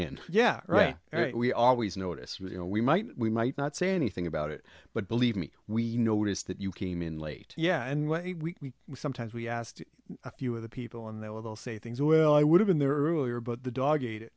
in yeah right right we always notice you know we might we might not say anything about it but believe me we noticed that you came in late yeah and we sometimes we asked a few of the people and they'll say things well i would have been there earlier but the dog ate it